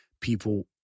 people